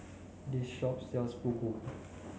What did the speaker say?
this shop sells Fugu